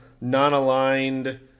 non-aligned